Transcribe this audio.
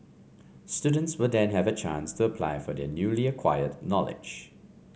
students will then have a chance to apply their newly acquired knowledge